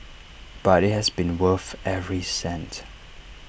but IT has been worth every cent